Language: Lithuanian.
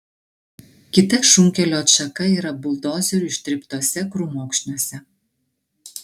kita šunkelio atšaka yra buldozerių ištryptuose krūmokšniuose